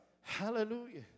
Hallelujah